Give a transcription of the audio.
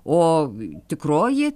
o tikroji